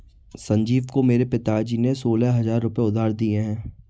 संजीव को मेरे पिताजी ने सोलह हजार रुपए उधार दिए हैं